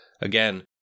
Again